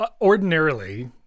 ordinarily